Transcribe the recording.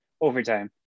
overtime